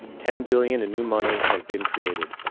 ten billion in new money has been created.